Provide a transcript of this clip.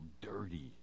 dirty